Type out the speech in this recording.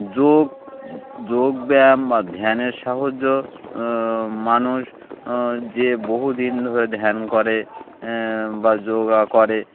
যোগ যোগব্যায়াম বা ধ্যানের সাহায্য মানুষ যে বহুদিন ধরে ধ্যান করে বা যোগা করে